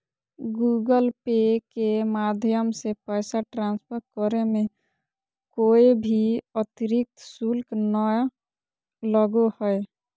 Google Pay के माध्यम से पैसा ट्रांसफर करे मे कोय भी अतरिक्त शुल्क नय लगो हय